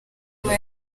kuba